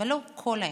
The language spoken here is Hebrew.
אבל לא כל האמת,